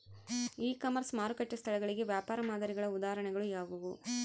E commerce ಮಾರುಕಟ್ಟೆ ಸ್ಥಳಗಳಿಗೆ ವ್ಯಾಪಾರ ಮಾದರಿಗಳ ಉದಾಹರಣೆಗಳು ಯಾವುವು?